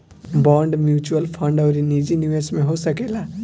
bond mutual fund अउरी निजी निवेश में हो सकेला